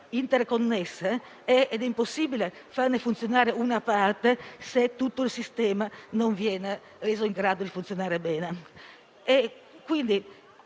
è pertanto impossibile farne funzionare una parte se tutto il sistema non viene reso in grado di operare bene